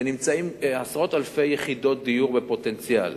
בעשרות אלפי יחידות דיור בפוטנציאל,